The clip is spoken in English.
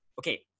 Okay